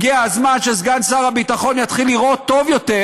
הגיע הזמן שסגן שר הביטחון יתחיל לראות טוב יותר